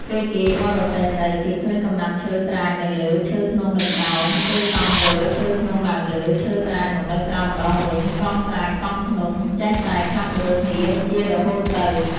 ពេលគេបររទេះទៅ គេឃើញកំណាត់ឈើត្រាចនៅលើ ឈើធ្នង់នៅក្រោម ពេលកង់វិល ឈើធ្នង់ឡើងលើ ឈើត្រាចមកនៅក្រោមម្តងវិញ កង់ត្រាច កង់ធ្នង់ ចេះតែផ្លាស់ប្តូរគ្នាជារហូតទៅ ។